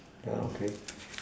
okay